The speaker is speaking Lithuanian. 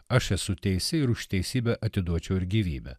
aš esu teisi ir už teisybę atiduočiau ir gyvybę